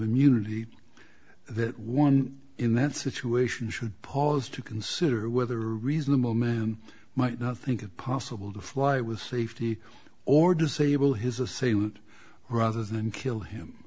immunity that one in that situation should pause to consider whether reasonable man might not think it possible to fly with safety or disable his a say would rather than kill him